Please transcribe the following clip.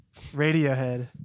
Radiohead